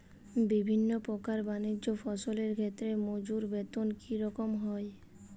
বিভিন্ন প্রকার বানিজ্য ফসলের ক্ষেত্রে মজুর বেতন কী রকম হয়?